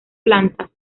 plantas